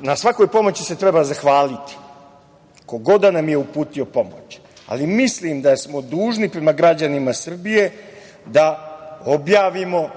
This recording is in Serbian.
na svakoj pomoći se treba zahvaliti, ko god da nam je uputio pomoć, ali mislim da smo dužni prema građanima Srbije da objavimo